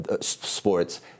sports